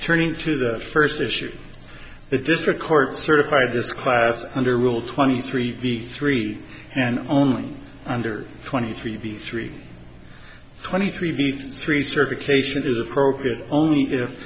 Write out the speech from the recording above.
turning to the first issue the district court certified this class under rule twenty three b three and only under twenty three b three twenty three v three serve a cation is appropriate only if